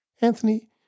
Anthony